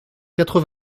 quatre